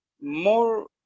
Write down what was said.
more